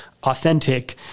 authentic